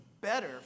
better